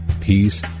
peace